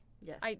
Yes